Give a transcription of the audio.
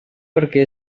perquè